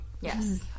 Yes